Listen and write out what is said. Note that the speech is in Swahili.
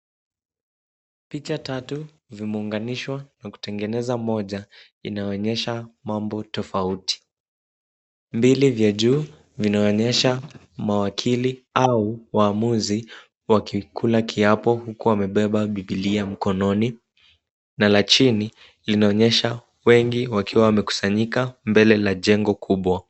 Picha tatu vimeunganishwa na kutengeneza moja, inaonyesha mambo tofauti. Mbili vya juu vinaonyesha mawakili, au waamuzi wakikula kiapo huku wamebeba biblia mkononi na la chini linaonyesha wengi wakiwa wamekusanyika mbele la jengo kubwa.